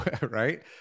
right